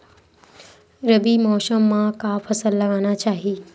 रबी मौसम म का फसल लगाना चहिए?